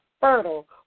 fertile